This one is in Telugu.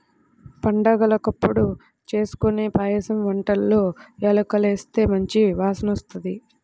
పండగలప్పుడు జేస్కొనే పాయసం వంటల్లో యాలుక్కాయాలేస్తే మంచి వాసనొత్తది